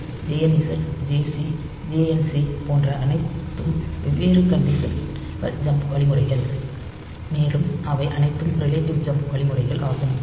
JZ JNZ JC JNC போன்ற அனைத்தும் வெவ்வேறு கண்டிஸ்னல் ஜம்ப் வழிமுறைகள் மேலும் அவை அனைத்தும் ரிலேட்டிவ் ஜம்ப் வழிமுறைகள் ஆகும்